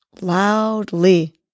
loudly